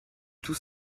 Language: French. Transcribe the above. tout